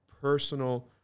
personal